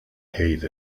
hate